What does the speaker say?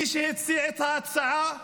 מי שהציע את ההצעה,